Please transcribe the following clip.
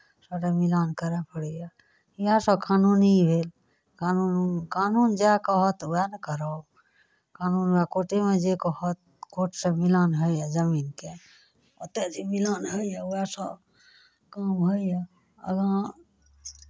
सभटा मिलान करय पड़ैए इएह सभ कानूनी भेल कानून कानून जएह कहत उएह ने करब कानून आ कोर्टेमे जे कहत कोर्टसँ मिलान होइए जमीनके ओतय जे मिलान होइए उएहसँ काम होइए आगाँ